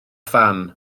phan